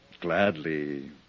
gladly